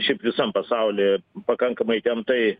šiaip visam pasauly pakankamai įtemptai